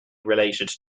related